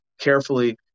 carefully